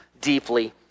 deeply